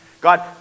God